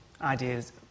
ideas